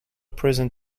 prison